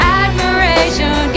admiration